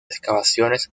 excavaciones